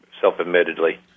self-admittedly